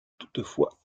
toutefois